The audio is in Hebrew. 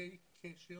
מנותקי קשר